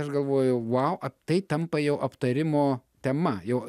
aš galvojau vau tai tampa jau aptarimo tema jau